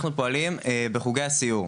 אנחנו פועלים בחוגי הסיור,